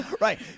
Right